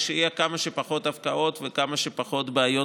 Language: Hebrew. שיהיו כמה שפחות הפקעות וכמה שפחות בעיות